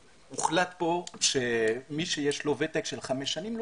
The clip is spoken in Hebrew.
הוחלט כאן שמי שיש לו ותק של חמש שנים,